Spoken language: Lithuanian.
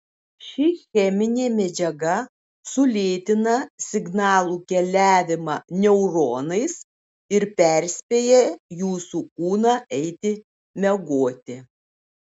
ši cheminė medžiaga sulėtina signalų keliavimą neuronais ir perspėja jūsų kūną eiti miegoti